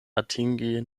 atingi